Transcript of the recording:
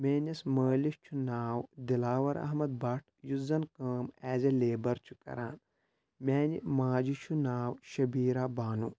میٲنِس مٲلِس چھُ ناو دِلاوَر احمد بٹ یُس زن کٲم ایٚز اےٚ لیبَر چھُ کَران میانہِ ماجہِ چھُ ناو شبیٖرا بانو